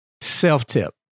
Self-tip